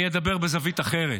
אני אדבר מזווית אחרת.